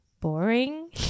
boring